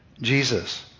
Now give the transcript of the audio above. Jesus